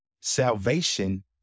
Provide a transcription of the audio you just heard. salvation